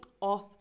off